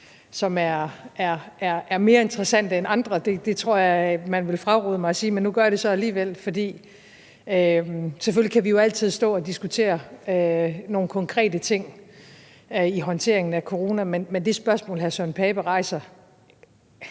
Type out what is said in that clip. som er mere interessante end andre. Det tror jeg man ville fraråde mig at sige, men nu gør jeg det så alligevel. Selvfølgelig kan vi altid stå og diskutere nogle konkrete ting i håndteringen af corona, men det spørgsmål, hr. Søren Pape rejser,